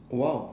!wow!